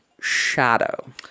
shadow